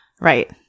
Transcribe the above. Right